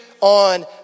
on